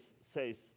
says